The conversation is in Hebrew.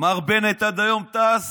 מר בנט עד היום טס